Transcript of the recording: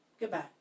Goodbye